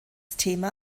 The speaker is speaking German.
thema